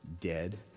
dead